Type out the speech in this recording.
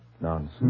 Nonsense